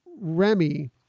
Remy